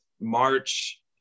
March